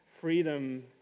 freedom